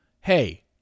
hey